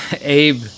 Abe